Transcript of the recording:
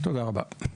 תודה רבה.